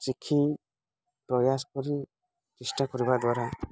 ଶିଖି ପ୍ରୟାସ କରି ଚେଷ୍ଟା କରିବା ଦ୍ଵାରା